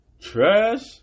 Trash